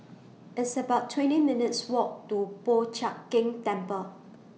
It's about twenty seven minutes' Walk to Po Chiak Keng Temple